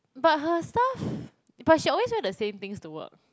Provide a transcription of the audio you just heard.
but her stuff but she always wear the same things to work